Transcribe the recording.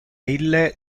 ille